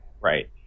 Right